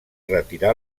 retirar